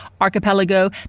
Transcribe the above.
archipelago